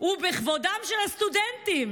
ובכבודם של הסטודנטים,